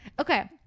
okay